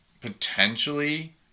potentially